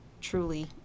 truly